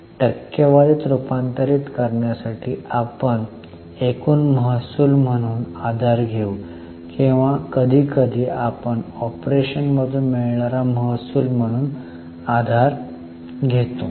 टक्केवारीत रूपांतरित करण्यासाठी आपण एकूण महसूल म्हणून आधार घेऊ किंवा कधीकधी आपण ऑपरेशनमधून मिळणारा महसूल म्हणून आधार घेतो